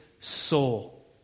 soul